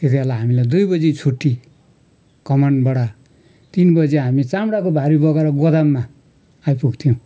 त्यति बेला हामीलाई दुई बजी छुट्टी कमानबाट तिन बजी हामी चाम्डाको भारी बोकेर गोदाममा आइपुग्थ्यौँ